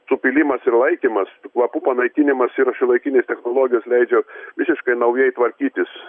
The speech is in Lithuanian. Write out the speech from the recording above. supylimas ir laikymas kvapų panaikinimas ir šiuolaikinės technologijos leidžia visiškai naujai tvarkytis